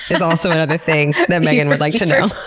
is also kind of a thing megan would like to know.